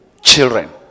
children